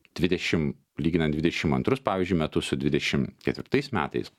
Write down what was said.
dvidešimt lyginant dvidešimt antrus pavyzdžiui metus su dvidešimt ketvirtais metais